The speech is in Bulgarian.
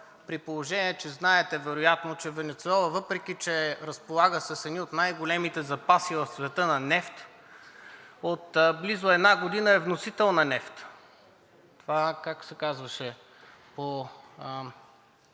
при положение че знаете вероятно, че Венецуела, въпреки че разполага с едни от най-големите запаси в света на нефт, от близо една година е вносител на нефт. Това как се казваше?